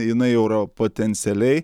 jinai jau yra potencialiai